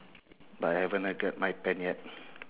but I haven't I get my pen yet